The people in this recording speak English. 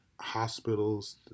hospitals